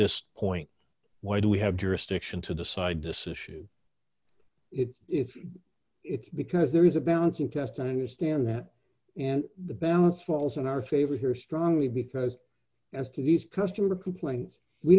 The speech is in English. this point why do we have jurisdiction to decide this issue it's if it's because there is a balancing test and i understand that and the balance falls in our favor here strongly because as to these customer complaints we